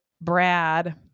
Brad